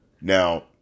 Now